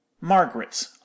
Margaret